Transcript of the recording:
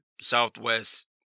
Southwest